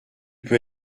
peux